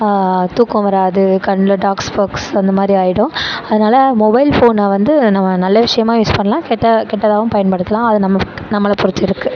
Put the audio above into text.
தூக்கம் வராது கண்ணில் டாக்ஸ் ஃபாக்ஸ் அந்தமாதிரி ஆயிடும் அதனால் மொபைல் ஃபோனை வந்து நம்ம நல்ல விஷயமாக யூஸ் பண்ணலாம் கெட்ட கெட்டதாகவும் பயன்படுத்தலாம் அது நம்ம நம்மளை பொறுத்து இருக்குது